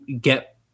get